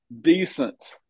decent